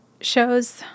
shows